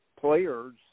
players